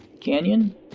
canyon